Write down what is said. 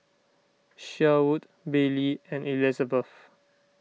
Sherwood Billy and Elizebeth